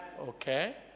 okay